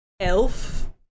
Elf